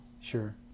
Sure